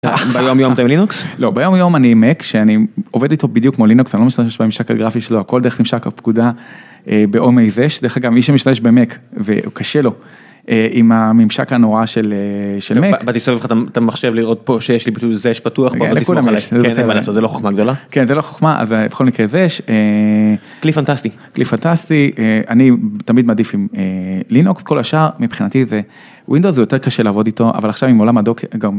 ביום יום אתה עם לינוקס? לא, ביום יום אני עם Mac, שאני עובד איתו בדיוק כמו לינוקס, אני לא משתמש בממשק הגרפי שלו הכל דרך ממשק הפקודה. ב-Oh My Zsh. דרך אגב, מי שמשתמש במק וקשה לו עם הממשק הנורא של המק... באתי לסובב לך את המחשב לראות פה שיש לי פתאום זש פתוח, זה לא חוכמה גדולה, כן זה לא חוכמה אז בכל מקרה זש, כלי פנטסטי, כלי פנטסטי. אני תמיד מעדיף עם לינוקס, כל השאר מבחינתי זה... ווינדו זה יותר קשה לעבוד איתו, אבל עכשיו עם עולם הדוק גם...